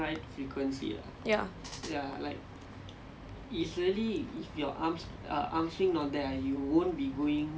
ya